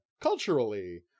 culturally